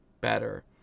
better